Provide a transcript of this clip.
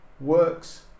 works